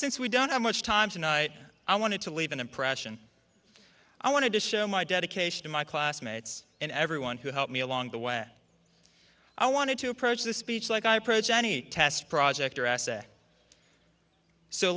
since we don't have much time tonight i wanted to leave an impression i wanted to show my dedication to my classmates and everyone who helped me along the way i wanted to approach the speech like i approach any test project or essay so